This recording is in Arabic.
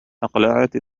أقلعت